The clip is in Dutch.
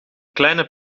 kleine